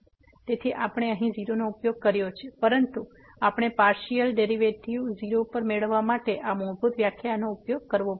તેથી આપણે અહીં 0 નો ઉપયોગ કર્યો છે પરંતુ આપણે પાર્સીઅલ ડેરીવેટીવ 0 પર મેળવવા માટે આ મૂળભૂત વ્યાખ્યાનો ઉપયોગ કરવો પડશે